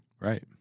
Right